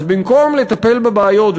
ובמקום לטפל בבעיות,